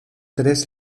tres